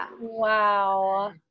Wow